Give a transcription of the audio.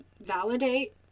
validate